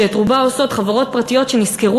שאת רובה עושות חברות פרטיות שנשכרו